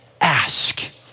ask